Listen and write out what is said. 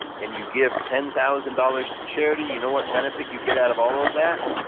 and you give ten thousand dollars to charity, you know what benefit you get out of all of that?